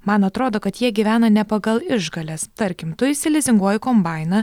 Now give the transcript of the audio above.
man atrodo kad jie gyvena ne pagal išgales tarkim tu išsilizinguoji kombainą